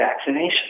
vaccination